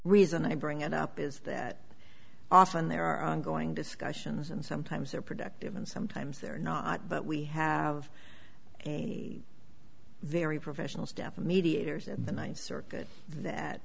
reason i bring it up is that often there are ongoing discussions and sometimes they're productive and sometimes they're not but we have a very professional